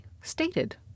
stated